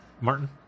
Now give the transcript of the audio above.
Martin